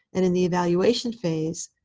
and in the evaluation phase,